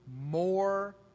more